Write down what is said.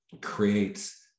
creates